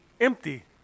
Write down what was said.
empty